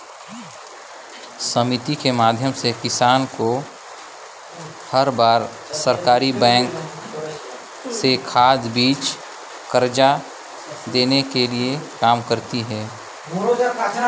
समिति के माधियम ले किसान मन बर सरकरी बेंक हर खाद, बीज, करजा देहे के काम करथे